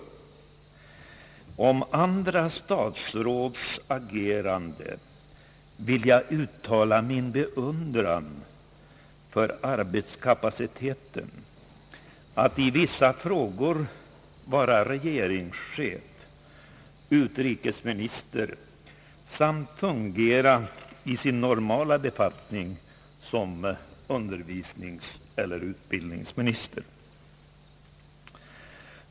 Beträffande andra statsråds agerande vill jag uttala min beundran för arbetskapaciteten att i vissa frågor vara regeringschef, utrikesminister och fungera i sin normala befattning som undervisningseller utbildningsminister.